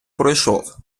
пройшов